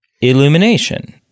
illumination